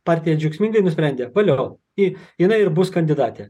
partija džiaugsmingai nusprendė valio į jinai ir bus kandidatė